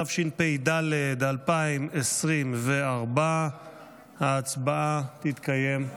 התשפ"ד 2024. ההצבעה תתקיים כעת.